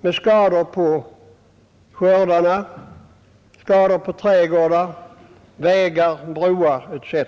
med skador på skördarna, på trädgårdar, vägar, broar etc.